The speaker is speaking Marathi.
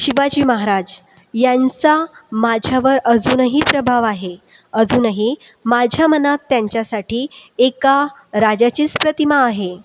शिवाजीमहाराज यांचा माझ्यावर अजूनही प्रभाव आहे अजूनही माझ्या मनात त्यांच्यासाठी एका राजाचीच प्रतिमा आहे